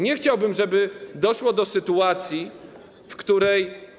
Nie chciałbym, żeby doszło do sytuacji, w której.